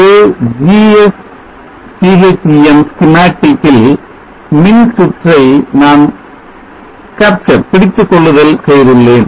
ஒரு gschem schematic ல் மின்சுற்றை நான் capture பிடித்துக் கொள்ளுதல் செய்துள்ளேன்